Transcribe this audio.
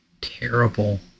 terrible